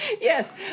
Yes